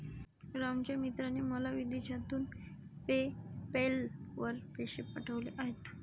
रामच्या मित्राने मला विदेशातून पेपैल वर पैसे पाठवले आहेत